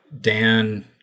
Dan